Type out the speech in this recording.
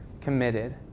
committed